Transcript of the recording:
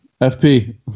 FP